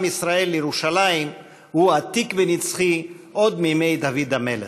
ישראל לירושלים הוא עתיק ונצחי עוד מימי דוד המלך.